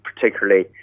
particularly